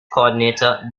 coordinator